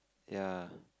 ya